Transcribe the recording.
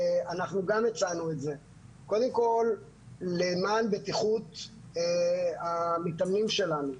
אנחנו גם הצענו את זה קודם כל למען בטיחות המתאמנים שלנו.